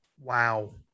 wow